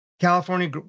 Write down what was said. California